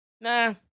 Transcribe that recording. Nah